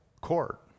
court